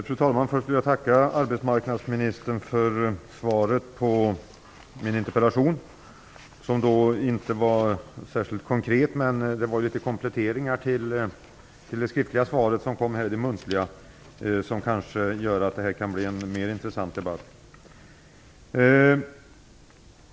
Fru talman! Först vill jag tacka arbetsmarknadsministern för svaret på min interpellation. Det skriftliga svaret var inte särskilt konkret, men det gjordes en del muntliga kompletteringar som kanske gör att denna debatt kan bli mer intressant.